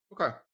Okay